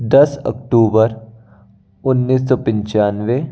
दस अक्टूबर उन्नीस सौ पचानवे